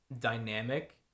dynamic